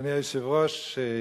אדוני היושב-ראש,